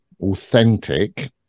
authentic